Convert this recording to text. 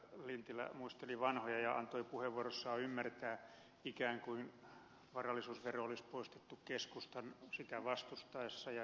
lintilä muisteli vanhoja ja antoi puheenvuorossaan ymmärtää että ikään kuin varallisuusvero olisi poistettu keskustan sitä vastustaessa ja ed